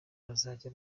bazajya